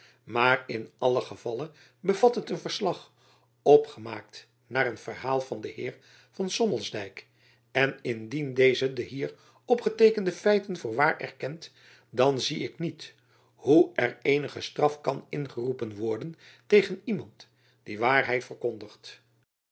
maar in allen gevalle bevat het een verslag opgemaakt naar een verhaal van den heer jacob van lennep elizabeth musch van sommelsdijck en indien deze de hier opgeteekende feiten voor waar erkent dan zie ik niet hoe er eenige straf kan ingeroepen worden tegen iemand die waarheid verkondigt